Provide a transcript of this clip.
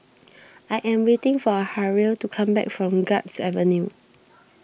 I am waiting for Harrell to come back from Guards Avenue